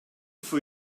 for